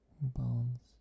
bones